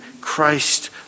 Christ